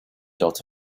dot